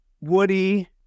woody